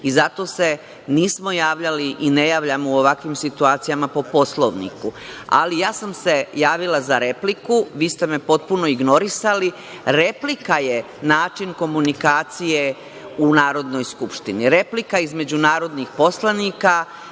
Zato se nismo javljali i ne javljamo u ovakvim situacijama po Poslovniku, ali ja sam se javila za repliku, vi ste me potpuno ignorisali. Replika je način komunikacije u Narodnoj skupštini, replika između narodnih poslanika,